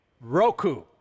Roku